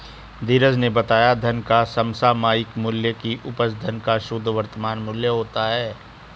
धीरज ने बताया धन का समसामयिक मूल्य की उपज धन का शुद्ध वर्तमान मूल्य होता है